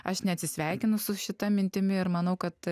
aš neatsisveikinu su šita mintimi ir manau kad